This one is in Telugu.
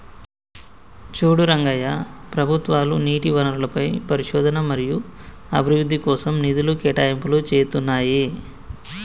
చూడు రంగయ్య ప్రభుత్వాలు నీటి వనరులపై పరిశోధన మరియు అభివృద్ధి కోసం నిధులు కేటాయింపులు చేతున్నాయి